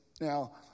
Now